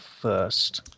first